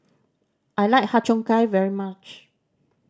I like Har Cheong Gai very much